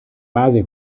base